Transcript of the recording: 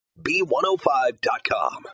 B105.com